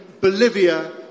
Bolivia